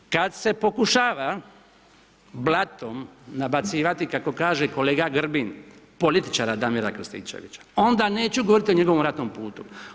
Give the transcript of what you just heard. Kad se pokušava blatom nabacivati, kako kaže kolega Grbin, političara Damira Krstičevića, onda neću govoriti o njegovom ratom putu.